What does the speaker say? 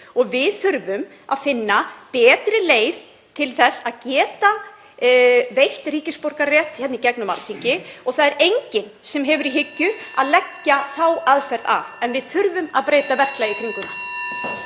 Við þurfum að finna betri leið til þess að geta veitt ríkisborgararétt í gegnum Alþingi og (Forseti hringir.) það er enginn sem hefur í hyggju að leggja þá aðferð af. En við þurfum að breyta verklagi í kringum